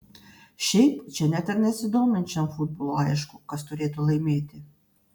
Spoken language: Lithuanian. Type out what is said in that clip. šiaip čia net ir nesidominčiam futbolu aišku kas turėtų laimėti